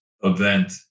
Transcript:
event